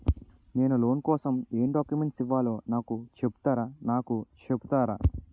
నేను లోన్ కోసం ఎం డాక్యుమెంట్స్ ఇవ్వాలో నాకు చెపుతారా నాకు చెపుతారా?